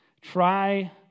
Try